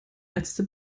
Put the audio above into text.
letzte